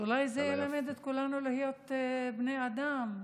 אז אולי זה ילמד את כולנו להיות בני אדם,